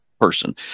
person